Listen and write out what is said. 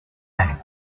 bank